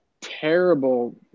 terrible